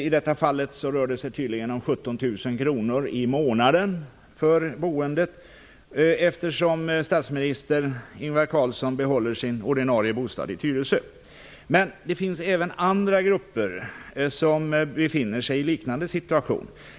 I detta fall rör det sig tydligen om 17 000 kr i månaden för boendet eftersom statsminister Ingvar Men det finns även andra grupper som befinner sig i en liknande situation.